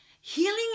healing